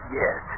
yes